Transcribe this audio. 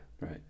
Right